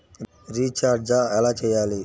Recharge ఎలా చెయ్యాలి?